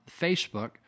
Facebook